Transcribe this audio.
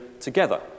together